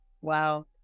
wow